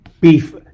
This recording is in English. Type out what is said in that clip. beef